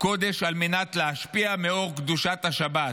קודש על מנת להשפיע מאור קדושת השבת,